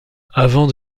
avant